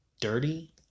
dirty